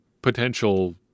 Potential